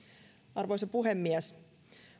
arvoisa puhemies